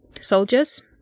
soldiers